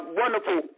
wonderful